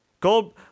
Gold